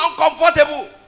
uncomfortable